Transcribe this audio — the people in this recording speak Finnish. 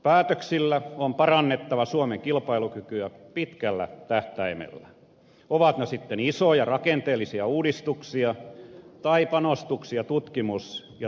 päätöksillä on parannettava suomen kilpailukykyä pitkällä tähtäimellä ovat ne sitten isoja rakenteellisia uudistuksia tai panostuksia tutkimus ja tuotekehitykseen